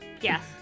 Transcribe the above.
yes